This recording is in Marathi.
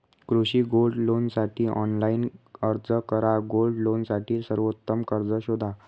कृषी गोल्ड लोनसाठी ऑनलाइन अर्ज करा गोल्ड लोनसाठी सर्वोत्तम कर्ज शोधा